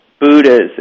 Buddhas